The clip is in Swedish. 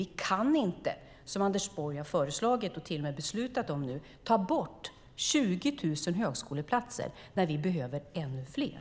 Vi kan inte, som Anders Borg har föreslagit och det till och med har beslutats om, ta bort 20 000 högskoleplatser när vi behöver ännu fler.